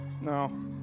No